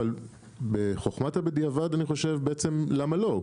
אבל בחכמת הבדיעבד אני חושב בעצם למה לא.